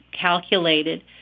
calculated